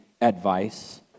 advice